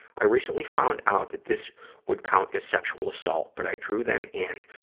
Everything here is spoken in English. i recently found out that this would count as sexual assault, but i drew them in,